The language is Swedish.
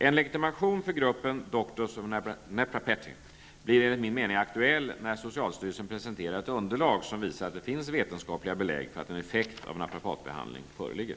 En legitimation för gruppen Doctors of Naprapathy blir enligt min mening aktuell när socialstyrelsen presenterar ett underlag som visar att det finns vetenskapliga belägg för att en effekt av naprapatbehandling föreligger.